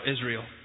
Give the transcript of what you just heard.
Israel